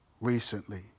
recently